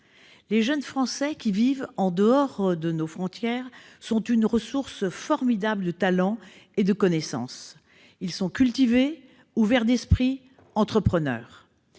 Les jeunes Français qui vivent en dehors de nos frontières sont une ressource formidable de talent et de connaissance. Ils sont cultivés, ouverts d'esprit, entrepreneurs.